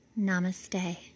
Namaste